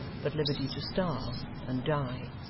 but liberty to starve and die.